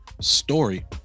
story